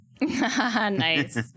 Nice